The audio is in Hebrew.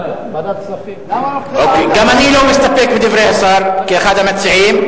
גם אני לא מסתפק בדברי השר, כאחד המציעים.